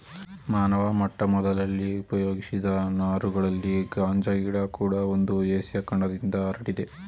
ಮಾನವ ಮೊಟ್ಟಮೊದಲಲ್ಲಿ ಉಪಯೋಗಿಸಿದ ನಾರುಗಳಲ್ಲಿ ಗಾಂಜಾ ಗಿಡ ಕೂಡ ಒಂದು ಏಷ್ಯ ಖಂಡದಿಂದ ಹರಡಿದೆ